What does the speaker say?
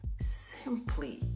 simply